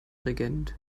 regent